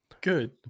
Good